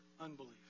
unbelief